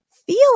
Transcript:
feel